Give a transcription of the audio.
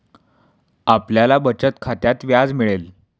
आपल्याला बचत खात्यात व्याज मिळेल